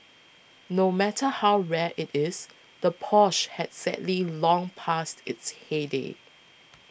no matter how rare it is the Porsche has sadly long passed its heyday